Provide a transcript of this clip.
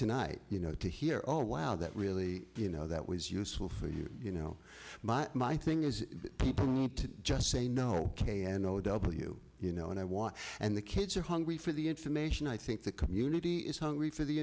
tonight you know to hear all wow that really you know that was useful for you you know but my thing is people need to just say no k n o w you know and i want and the kids are hungry for the information i think the community is hungry for the